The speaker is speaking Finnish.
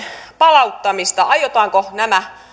palauttamista aiotaanko nämä